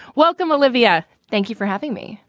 welcome, olivia. thank you for having me.